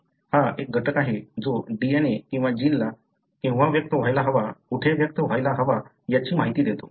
हा एक घटक आहे जो DNA किंवा जिनला केव्हा व्यक्त व्हायला हवा कुठे व्यक्त व्हायला हवा याची माहिती देतो